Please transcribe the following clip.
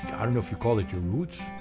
i don't know if you call it your roots,